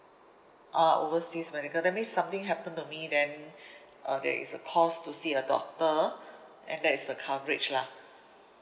ah overseas medical that means something happen to me then uh there is a cost to see a doctor and that is the coverage lah